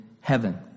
heaven